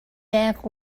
back